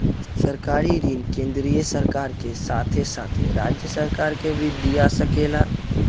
सरकारी ऋण केंद्रीय सरकार के साथे साथे राज्य सरकार के भी दिया सकेला